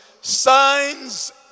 signs